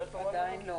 עדיין לא.